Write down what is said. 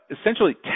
Essentially